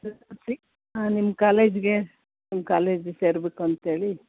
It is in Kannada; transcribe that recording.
ಎಸ್ ಎಸ್ ಎಲ್ ಸಿ ಹಾಂ ನಿಮ್ಮ ಕಾಲೇಜ್ಗೆ ನಿಮ್ಮ ಕಾಲೇಜ್ಗೆ ಸೇರಬೇಕು ಅಂತೇಳಿ